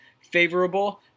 favorable